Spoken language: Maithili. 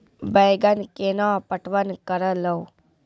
बैंगन केना पटवन करऽ लो?